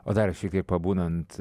o dar šiek tiek pabūnant